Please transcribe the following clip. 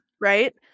Right